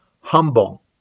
humble